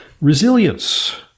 resilience